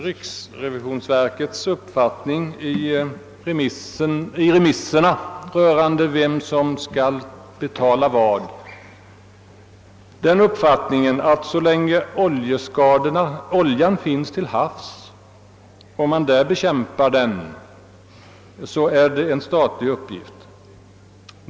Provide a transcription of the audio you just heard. Riksrevisionsverket har i sina remissyttranden rörande vem som skall betala vad tydligen tillkännagivit den uppfattningen att så länge oljan finns till havs och bekämpas där är det en statlig uppgift.